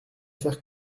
faire